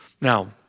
Now